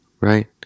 right